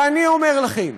ואני אומר לכם,